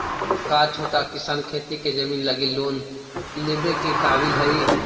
का छोटा किसान खेती के जमीन लगी लोन लेवे के काबिल हई?